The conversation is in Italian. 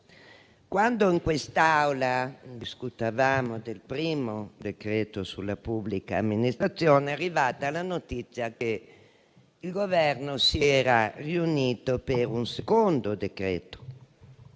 quando in quest'Aula discutevamo del primo decreto-legge sulla pubblica amministrazione, è arrivata la notizia che il Governo si era riunito per esaminare un secondo decreto